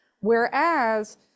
whereas